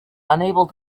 unable